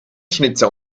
schnitzer